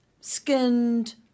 skinned